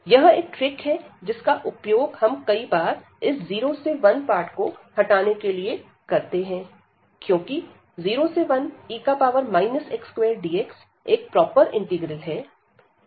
यह एक ट्रिक है जिसका उपयोग हम कई बार इस 0 से 1 पार्ट को हटाने के लिए करते हैं क्योंकि 01e x2dx एक प्रॉपर इंटीग्रल है